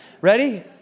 Ready